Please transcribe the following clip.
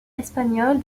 espagnole